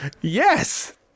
Yes